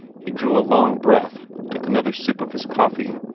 he drew a long breath, took another sip of his coffee,